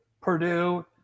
Purdue